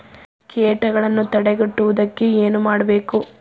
ಕೇಟಗಳನ್ನು ತಡೆಗಟ್ಟುವುದಕ್ಕೆ ಏನು ಮಾಡಬೇಕು?